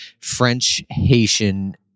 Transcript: French-Haitian